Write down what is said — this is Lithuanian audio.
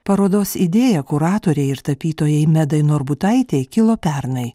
parodos idėja kuratorei ir tapytojai medai norbutaitei kilo pernai